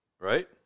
Right